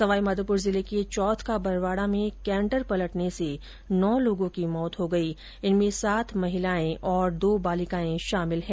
सवाईमाधोपुर जिले के चौथ का बरवाडा में केंटर पलटने से नौ लोगों की मौत हो गई इनमें सात महिलाएं और दो बालकाएं शामिल है